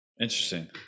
interesting